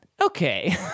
Okay